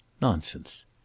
Nonsense